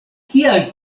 kial